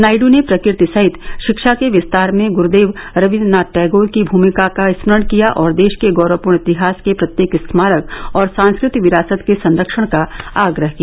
नायड् ने प्रकृति सहित शिक्षा के विस्तार में गुरूदेव रबीन्द्रनाथ टैगोर की भूमिका का स्मरण किया और देश के गौरवपूर्ण इतिहास के प्रत्येक स्मारक और सांस्कृतिक विरासत के संरक्षण का आग्रह किया